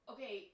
Okay